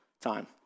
Time